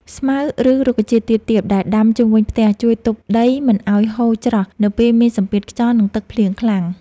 ស្មៅ ឬរុក្ខជាតិទាបៗដែលដាំជុំវិញផ្ទះជួយទប់ដីមិនឱ្យហូរច្រោះនៅពេលមានសម្ពាធខ្យល់ និងទឹកភ្លៀងខ្លាំង។